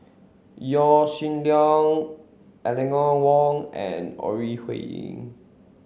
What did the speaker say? Yaw Shin Leong Eleanor Wong and Ore Huiying